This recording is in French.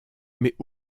mais